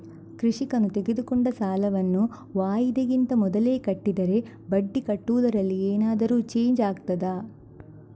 ಕೃಷಿಕನು ತೆಗೆದುಕೊಂಡ ಸಾಲವನ್ನು ವಾಯಿದೆಗಿಂತ ಮೊದಲೇ ಕಟ್ಟಿದರೆ ಬಡ್ಡಿ ಕಟ್ಟುವುದರಲ್ಲಿ ಏನಾದರೂ ಚೇಂಜ್ ಆಗ್ತದಾ?